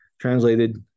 translated